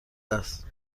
است